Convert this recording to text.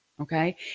okay